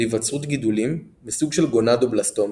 להיווצרות גידולים מסוג של גונדובלסטומה.